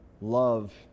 love